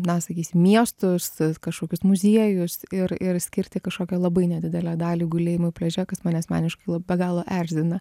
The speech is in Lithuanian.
na sakys miestus kažkokius muziejus ir ir skirti kažkokią labai nedidelę dalį gulėjimui pliaže kas mane asmeniškai be galo erzina